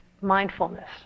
Mindfulness